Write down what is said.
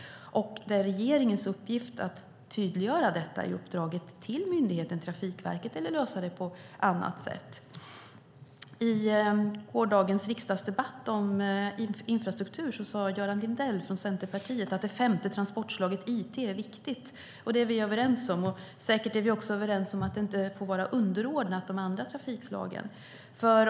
Det är regeringens uppgift att tydliggöra detta i uppdraget till myndigheten Trafikverket eller att lösa det på annat sätt. I gårdagens riksdagsdebatt om infrastruktur sade Göran Lindell från Centerpartiet att det femte transportslaget it är viktigt. Det är vi överens om. Säkert är vi också överens om att det inte får vara underordnat de andra trafikslagen.